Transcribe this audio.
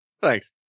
Thanks